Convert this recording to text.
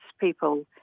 people